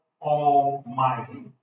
Almighty